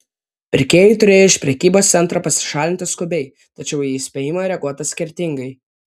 pirkėjai turėjo iš prekybos centro pasišalinti skubiai tačiau į įspėjimą reaguota skirtingai